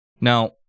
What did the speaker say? Now